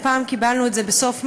הפעם קיבלנו את זה בסוף מרס,